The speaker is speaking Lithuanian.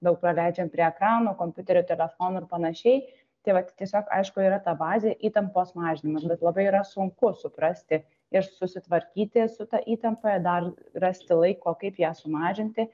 daug praleidžiam prie ekranų kompiuterių telefonų ir panašiai tai vat tiesiog aišku yra ta bazė įtampos mažinimas bet labai yra sunku suprasti ir susitvarkyti su ta įtampa ir dar rasti laiko kaip ją sumažinti